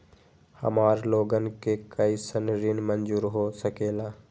हमार लोगन के कइसन ऋण मंजूर हो सकेला?